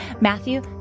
Matthew